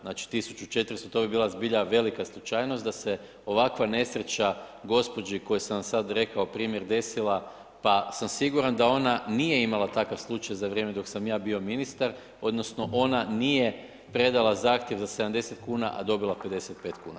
Znači 1400, to bi bila zbilja velika slučajnost da se ovakva nesreća gospođi koju sam vam sad rekao primjer desila, pa sam siguran da ona nije imala takav slučaj za vrijeme dok sam ja bio ministar, odnosno ona nije predala zahtjev za 70 kuna, a dobila 55 kuna.